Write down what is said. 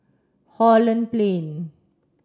Holland Plain